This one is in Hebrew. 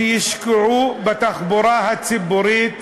ויושקעו בתחבורה הציבורית,